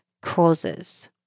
causes